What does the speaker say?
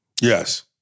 yes